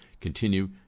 continue